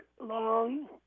long